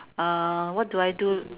uh what do I do